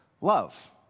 love